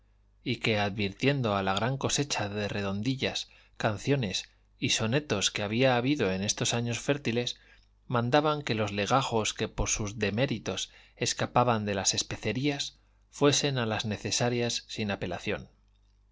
y que advirtiendo a la gran cosecha de redondillas canciones y sonetos que había habido en estos años fértiles mandaban que los legajos que por sus deméritos escapaban de las especerías fuesen a las necesarias sin apelación